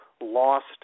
lost